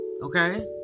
Okay